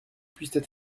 puissent